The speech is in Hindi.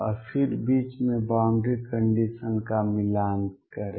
और फिर बीच में बाउंड्री कंडीशन का मिलान करें